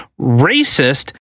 racist